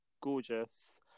gorgeous